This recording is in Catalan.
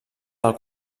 del